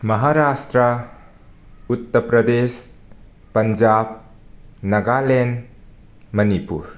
Maharashtra Uttar Pradesh Punjab Nagaland Manipur